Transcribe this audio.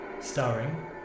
starring